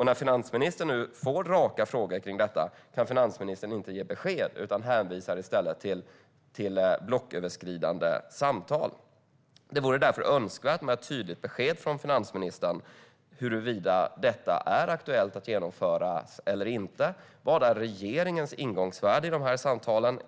När finansministern nu får raka frågor om detta kan finansministern inte ge besked utan hänvisar i stället till blocköverskridande samtal. Det vore därför önskvärt med ett tydligt besked från finansministern om huruvida detta är aktuellt att genomföra eller inte. Vad är regeringens ingångsvärde i de här samtalen?